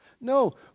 No